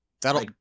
that'll